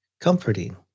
comforting